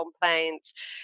complaints